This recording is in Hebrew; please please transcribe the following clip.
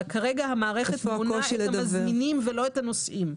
כרגע המערכת מונה את המזמינים ולא את הנוסעים.